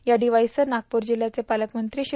या डिव्वाइसचे नागपूर जिल्ह्याचे पालकमंत्री श्री